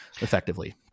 effectively